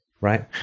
right